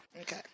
Okay